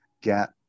get